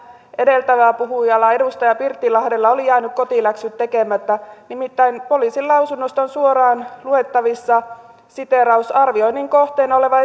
edeltävällä puhujalla edustaja pirttilahdella oli jäänyt kotiläksyt tekemättä nimittäin poliisin lausunnosta on suoraan luettavissa arvioinnin kohteena oleva